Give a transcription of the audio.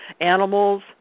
Animals